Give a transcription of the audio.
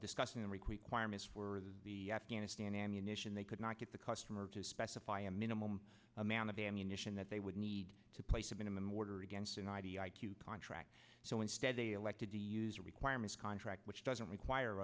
discussing the requirements for the afghanistan ammunition they could not get the customer to specify a minimum amount of ammunition that they would need to place a minimum order against an idea contract so instead they elected a user requirements contract which doesn't require